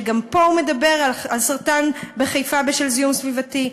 וגם פה הוא מדבר על סרטן בחיפה בשל זיהום סביבתי.